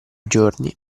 giorni